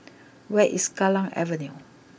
where is Kallang Avenue